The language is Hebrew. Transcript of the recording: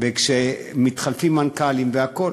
וכשמתחלפים מנכ"לים והכול,